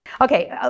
Okay